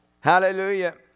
Hallelujah